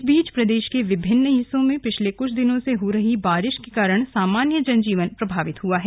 इस बीच प्रदेश के विभिन्न हिस्सों में पिछले कुछ दिनों से हो रही बारिश के कारण सामान्य जनजीवन प्रभावित हुआ है